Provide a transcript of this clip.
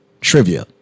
trivia